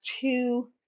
two